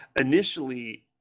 initially